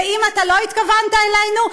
ואם לא התכוונת אלינו,